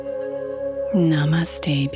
Namaste